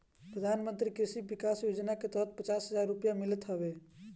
प्रधानमंत्री कृषि विकास योजना के तहत पचास हजार रुपिया मिलत हवे